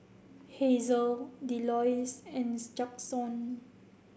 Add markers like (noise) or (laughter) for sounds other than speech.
Hazel Delois and (unintelligible) Jaxon